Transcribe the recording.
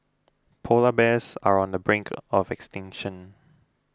Polar Bears are on the brink of extinction